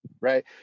right